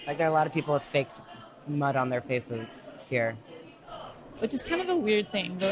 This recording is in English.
like are a lot of people with fake mud on their faces here which is kind of a weird thing.